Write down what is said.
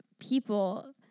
people